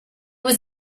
was